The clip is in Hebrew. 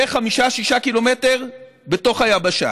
כחמישה-שישה קילומטר בתוך היבשה.